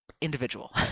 individual